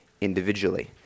individually